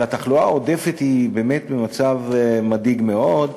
אבל התחלואה העודפת היא באמת במצב מדאיג מאוד.